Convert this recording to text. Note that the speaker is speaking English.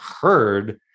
heard